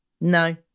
no